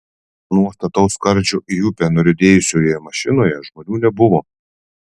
nuo stataus skardžio į upę nuriedėjusioje mašinoje žmonių nebuvo